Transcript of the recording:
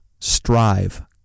Strive